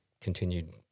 continued